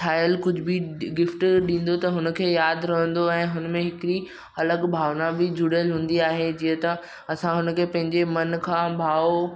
ठाहियल कुझु बि गिफ़्ट ॾिंदो त हुनखे यादि रहंदो आहे हुन में हिकिड़ी अलॻि भावना बि जुणियल हूंदी आहे जीअं त असां हुनखे पंहिंजे मनु खां भाव